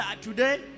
today